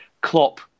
Klopp